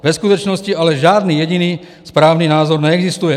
Ve skutečnosti ale žádný jediný správný názor neexistuje.